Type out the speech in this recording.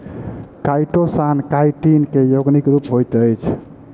chitosan chitin के यौगिक रूप होइत अछि